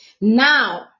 Now